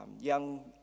young